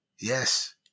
Yes